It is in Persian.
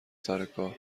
سرکار